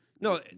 No